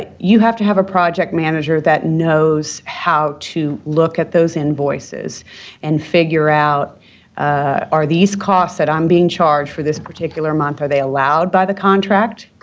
ah you have to have a project manager that knows how to look at those invoices and figure out are these costs that i'm being charged for this particular month, are they allowed by the contract?